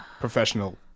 professional